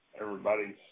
everybody's